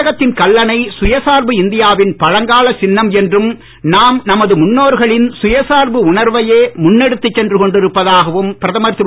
தமிழகத்தின் கல்லணை சுயசார்பு இந்தியாவின் பழங்கால சின்னம் என்றும் நாம் நமது முன்னோர்களின் சுயசார்பு உணர்வையே முன்னெடுத்துச் சென்று கொண்டிருப்பதாகவும் பிரதமர் திரு